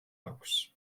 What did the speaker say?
აქვს